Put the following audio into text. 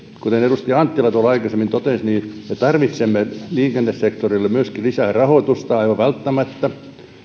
kuten edustaja anttila aikaisemmin totesi me tarvitsemme liikennesektorille myöskin lisää rahoitusta aivan välttämättä